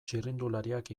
txirrindulariak